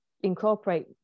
incorporate